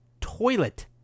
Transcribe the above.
toilet